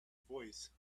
voice